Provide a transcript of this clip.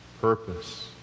purpose